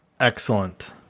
Excellent